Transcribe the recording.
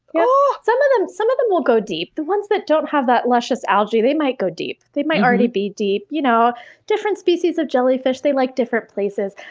um some of them some of them will go deep. the ones that don't have luscious algae, they might go deep. they might already be deep. you know different species of jellyfish, they like different places.